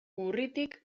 urritik